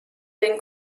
den